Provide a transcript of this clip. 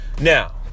now